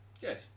Good